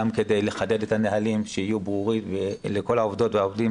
גם כדי לחדד את הנהלים כך שיהיו ברורים לכל העובדות והעובדים